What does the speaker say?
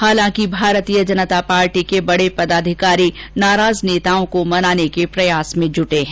हालांकि भारतीय जनता पार्टी के बडे पदाधिकारी नाराज नेताओं को मनाने के प्रयास में जुटे हैं